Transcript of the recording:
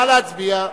נא להצביע.